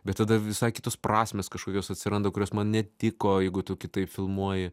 bet tada visai kitos prasmės kažkokios atsiranda kurios man netiko jeigu tu kitaip filmuoji